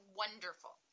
wonderful